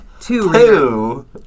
two